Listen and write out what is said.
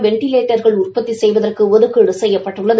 வெண்டிலேட்டர்கள் உற்பத்தி செய்வதற்கு ஒதுக்கீடு செய்யப்பட்டுள்ளது